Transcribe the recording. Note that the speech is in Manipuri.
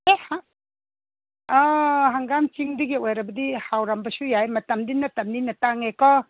ꯑꯦ ꯑꯥ ꯍꯪꯒꯥꯝ ꯆꯤꯡꯗꯒꯤ ꯑꯣꯏꯔꯕꯗꯤ ꯍꯥꯎꯔꯝꯕꯁꯨ ꯌꯥꯏ ꯃꯇꯝꯗꯤ ꯅꯠꯇꯃꯤꯅ ꯇꯥꯡꯉꯦꯀꯣ